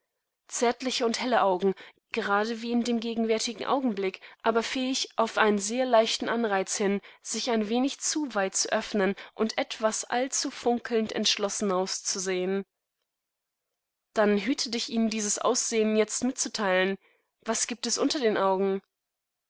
zärtliche und helle augen gerade wie in dem gegenwärtigen augenblick aber fähig auf einen sehr leichten anreiz hin sich ein wenig zu weit zu öffnen und etwas allzufunkelnd entschlossenauszusehen dann hüte dich ihnen dieses aussehen jetzt mitzuteilen was gibt es unter den augen